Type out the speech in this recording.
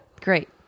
Great